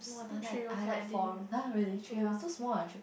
I like I like four room ah really three rooms so small ah three